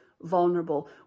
vulnerable